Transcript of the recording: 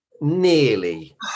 nearly